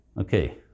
Okay